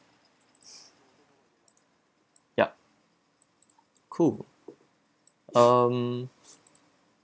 yup cool um